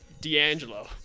D'Angelo